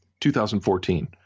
2014